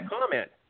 comment